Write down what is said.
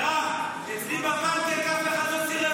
מירב, אצלי בפנקייק אף אחד לא סירב